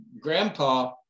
grandpa